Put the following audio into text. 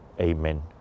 Amen